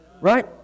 right